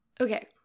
Okay